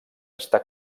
està